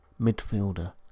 midfielder